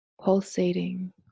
pulsating